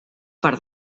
part